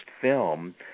film